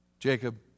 Jacob